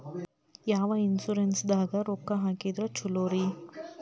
ಯಾವ ಇನ್ಶೂರೆನ್ಸ್ ದಾಗ ರೊಕ್ಕ ಹಾಕಿದ್ರ ಛಲೋರಿ?